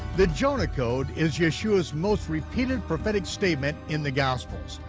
the jonah code is yeshua's most repeated prophetic statement in the gospels.